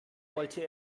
wollte